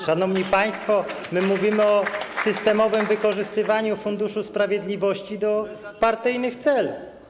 Szanowni państwo, mówimy o systemowym wykorzystywaniu Funduszu Sprawiedliwości do partyjnych celów.